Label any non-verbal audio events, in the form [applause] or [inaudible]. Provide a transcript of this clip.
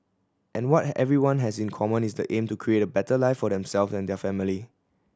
and what [unintelligible] everyone has in common is the aim to create a better life for them self and their family